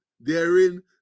therein